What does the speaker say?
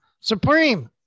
Supreme